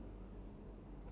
how about you